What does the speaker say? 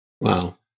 Wow